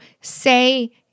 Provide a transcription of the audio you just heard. say